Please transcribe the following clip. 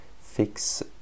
fix